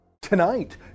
Tonight